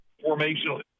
formation